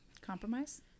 compromise